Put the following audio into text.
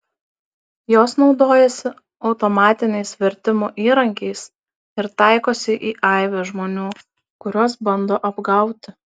jos naudojasi automatiniais vertimų įrankiais ir taikosi į aibę žmonių kuriuos bando apgauti